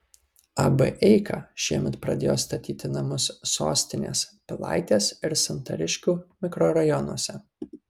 ab eika šiemet pradėjo statyti namus sostinės pilaitės ir santariškių mikrorajonuose